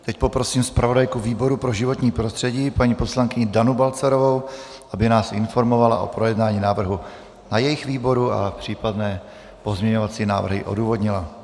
Teď poprosím zpravodajku výboru pro životní prostředí paní poslankyni Danu Balcarovou, aby nás informovala o projednání návrhu na jejich výboru a případné pozměňovací návrhy odůvodnila.